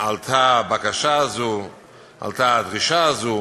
עלתה הדרישה הזאת,